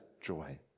joy